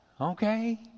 Okay